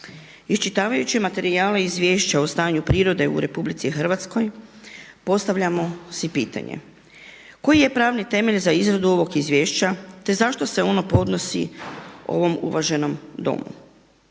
Iščitavajući materijale i izvješća o stanju prirode u RH postavljamo si pitanje, koji je pravni temelj za izradu ovog izvješća te zašto se ono podnosi ovom uvaženom Domu?